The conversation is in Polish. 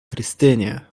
krystynie